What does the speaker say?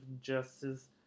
Justice